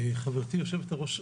חברתי יושבת הראש,